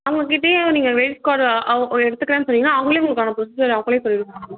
அவங்கக்கிட்டையே நீங்கள் க்ரிடிட் கார்டை அவங்க எடுத்துக்கிறேன்னு சொன்னிங்கன்னால் அவங்களே உங்களுக்கான ப்ரொசீஜரை அவங்களே சொல்லிடுவாங்க மேம்